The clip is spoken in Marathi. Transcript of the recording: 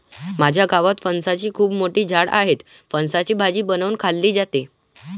माझ्या गावात फणसाची खूप मोठी झाडं आहेत, फणसाची भाजी बनवून खाल्ली जाते